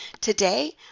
Today